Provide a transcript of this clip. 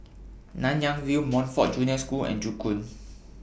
Nanyang View Montfort Junior School and Joo Koon